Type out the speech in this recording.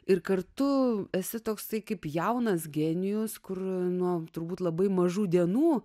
ir kartu esi toksai kaip jaunas genijus kruvinom turbūt labai mažų dienų